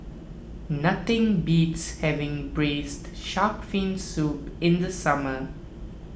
nothing beats having Braised Shark Fin Soup in the summer